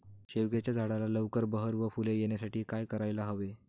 शेवग्याच्या झाडाला लवकर बहर व फूले येण्यासाठी काय करायला हवे?